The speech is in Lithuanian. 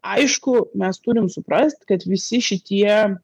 aišku mes turim suprast kad visi šitie